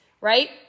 right